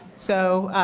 so,